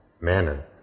manner